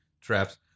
traps